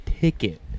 ticket